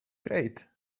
great